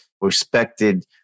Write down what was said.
respected